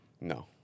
No